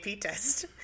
test